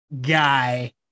guy